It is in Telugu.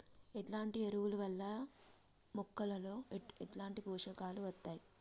ఎట్లాంటి ఎరువుల వల్ల మొక్కలలో ఎట్లాంటి పోషకాలు వత్తయ్?